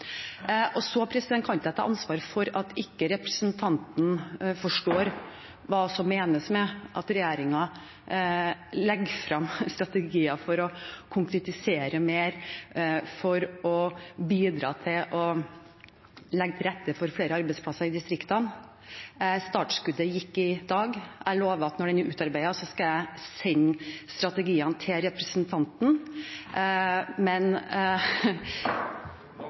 Så kan ikke jeg ta ansvar for at ikke representanten forstår hva som menes med at regjeringen legger frem strategier for å konkretisere mer, for å bidra til å legge til rette for flere arbeidsplasser i distriktene. Startskuddet gikk i dag. Jeg lover at når de er utarbeidet, skal jeg sende strategiene til representanten, men